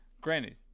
granted